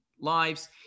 lives